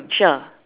sure